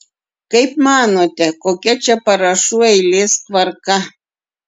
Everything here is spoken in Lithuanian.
kaip manote kokia čia parašų eilės tvarka